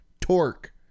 torque